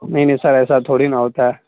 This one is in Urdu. نہیں نہیں سر ایسا تھوڑی نہ ہوتا ہے